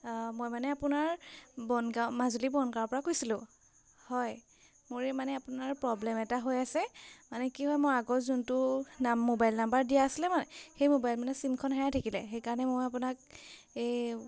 মই মানে আপোনাৰ বনগাঁও মাজুলী বনগাঁৱৰপৰা কৈছিলোঁ হয় মোৰ এই মানে আপোনাৰ প্ৰব্লেম এটা হৈ আছে মানে কি হয় মই আগৰ যোনটো নাম মোবাইল নাম্বাৰ দিয়া আছিলে মানে সেই মোবাইল মানে চিমখন হেৰাই থাকিলে সেইকাৰণে মই আপোনাক এই